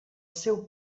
seu